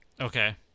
Okay